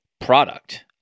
product